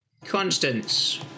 Constance